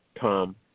Tom